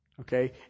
Okay